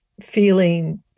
feeling